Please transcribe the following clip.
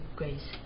grace